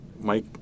Mike